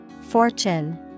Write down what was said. Fortune